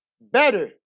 better